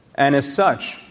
and as such,